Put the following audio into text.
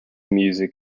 music